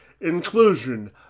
inclusion